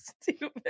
stupid